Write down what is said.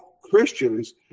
Christians